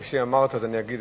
כפי שאמרת גם אני אגיד,